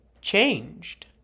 changed